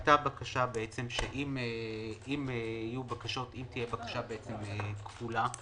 היתה בקשה שאם תהיה בקשה כפולה,